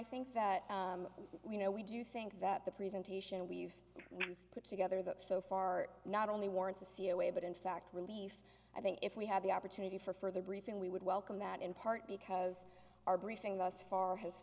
i think that you know we do think that the presentation we've put together that so far not only wants to see a way but in fact relief i think if we had the opportunity for further briefing we would welcome that in part because our briefing thus far has